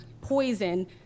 poison